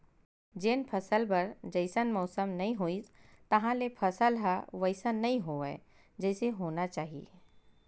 जेन फसल बर जइसन मउसम नइ होइस तहाँले फसल ह वइसन नइ होवय जइसे होना चाही